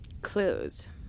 Clues